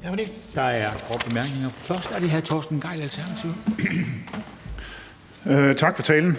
det hr. Torsten Gejl, Alternativet. Kl. 15:16 Torsten Gejl (ALT): Tak for talen.